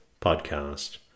podcast